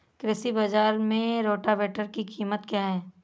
कृषि बाजार में रोटावेटर की कीमत क्या है?